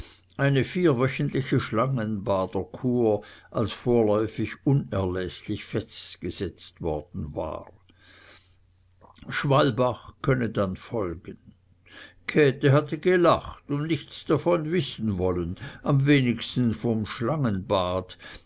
eine vierwöchentliche schlangenader kur als vorläufig unerläßlich festgesetzt worden war schwalbach könne dann folgen käthe hatte gelacht und nichts davon wissen wollen am wenigsten von schlangenbad